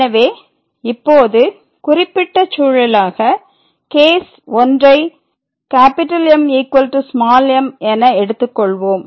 எனவே இப்போது குறிப்பிட்ட சூழலாக case I I M m என எடுத்து கொள்வோம்